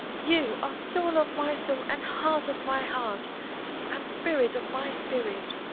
you are soul of my soul and heart of my heart and spirit of my spirit.